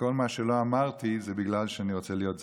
וכל מה שלא אמרתי זה בגלל שאני רוצה להיות זהיר.